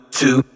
two